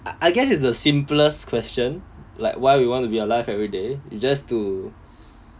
I guess it's the simplest question like why we want to be alive every day we just to